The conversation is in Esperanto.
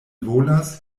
volas